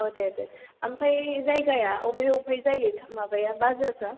औ दे दे ओमफ्राय जायगाया बबेहाय बबेहाय जायो माबाया बाजारफ्रा